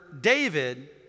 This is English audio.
David